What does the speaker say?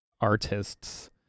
artists